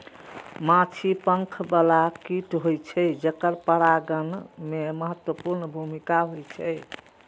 माछी पंख बला कीट होइ छै, जेकर परागण मे महत्वपूर्ण भूमिका होइ छै